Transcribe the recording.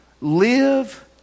live